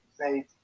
say